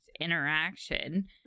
interaction